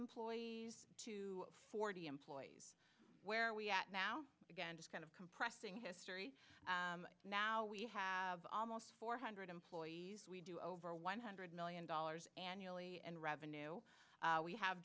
employees to forty employees where we at now again just kind of compressing history now we have almost four hundred employees we do over one hundred million dollars annually and revenue we have